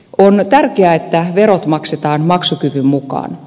on tärkeää että verot maksetaan maksukyvyn mukaan